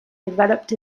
developed